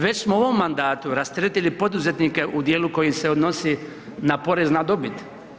Već smo u ovom mandatu rasteretili poduzetnike u djelu koji se odnosi na porez na dobit.